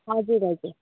हजुर हजुर